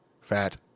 fat